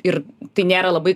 ir tai nėra labai